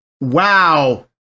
wow